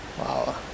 wow